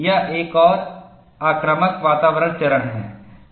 यह एक और आक्रामक वातावरण चरण है